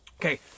Okay